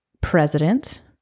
president